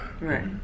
Right